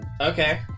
Okay